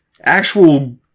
actual